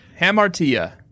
Hamartia